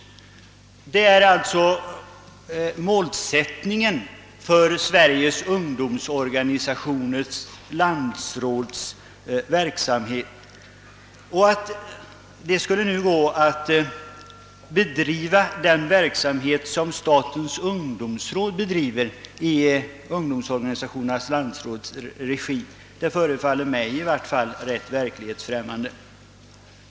Det är alltså målsättningen för Sveriges ungdomsorganisationers landsråds verksamhet. Att den verksamhet som statens ungdomsråd bedriver nu skulle kunna bedrivas i ungdomsorganisationernas landsråds regi förefaller mig i varje fall rätt verklighetsfränimande.